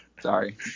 Sorry